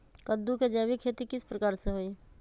कददु के जैविक खेती किस प्रकार से होई?